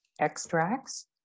extracts